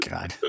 God